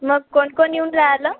मग कोण कोण येऊन राहिलं